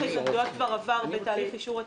ההתנגדויות כבר עברו בתהליך אישור התוכנית,